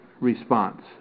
response